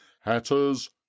hatters